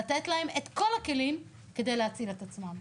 לתת להם את כל הכלים כדי להציל את עצמם.